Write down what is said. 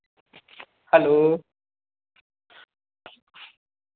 hello